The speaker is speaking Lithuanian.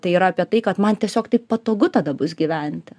tai yra apie tai kad man tiesiog taip patogu tada bus gyventi